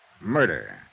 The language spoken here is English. murder